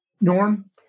Norm